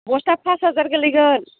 बस्थायाव पास हाजार गोलैगोन